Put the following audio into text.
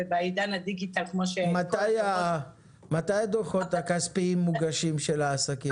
ובעידן הדיגיטלי כמו שהכול --- מתי הדוחות הכספיים של העסקים מוגשים?